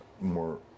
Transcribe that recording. more